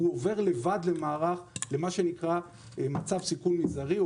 הוא עובר לבד למצב סיכון מזערי.